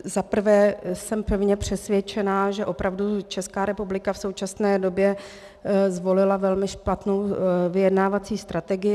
Za prvé jsem pevně přesvědčena, že Česká republika v současné době zvolila velmi špatnou vyjednávací strategii.